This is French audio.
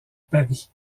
paris